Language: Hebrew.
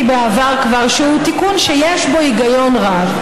כבר בעבר שהוא תיקון שיש בו היגיון רב,